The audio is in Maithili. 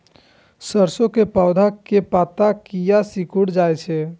सरसों के पौधा के पत्ता किया सिकुड़ जाय छे?